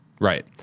Right